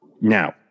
now